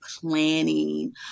planning